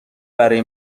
برای